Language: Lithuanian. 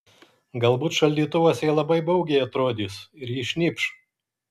galbūt šaldytuvas jai labai baugiai atrodys ir ji šnypš